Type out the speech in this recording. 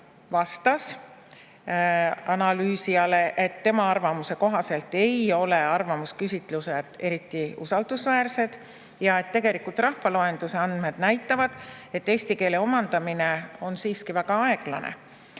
vastas analüüsijale, et tema arvamuse kohaselt ei ole arvamusküsitlused eriti usaldusväärsed. Tegelikult rahvaloenduse andmed näitavad, et eesti keele omandamine on siiski väga aeglane